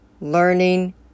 learning